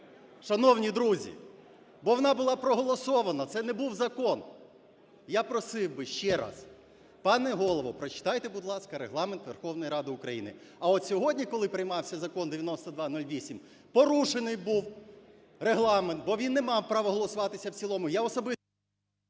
шановні друзі. Бо вона була проголосована, це не був закон. Я просив би ще раз, пане Голово, прочитайте, будь ласка, Регламент Верховної Ради України. А от сьогодні, коли приймався Закон 9208, порушений був Регламент, бо він не мав права голосуватися в цілому.